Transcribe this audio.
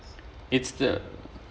it's the